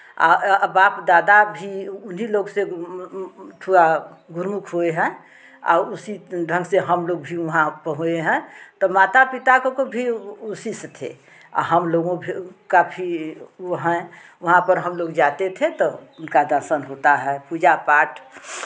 आ बाप दादा भी उन्हीं लोग से गुरुख हुए हैं आ उसी ढंग से हमलोग भी वहां पे हुए हैं तो माता पिता को को भी उसी से थे आ हमलोगों भी का भी वो हैं वहां पर हमलोग जाते थे तो उनका दर्शन होता है पूजा पाठ